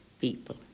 people